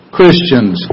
Christians